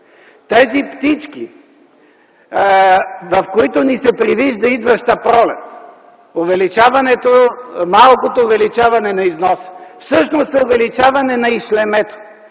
тези птички, в които ни се привижда идваща пролет, малкото увеличаване на износа, всъщност е увеличаване на ишлемето.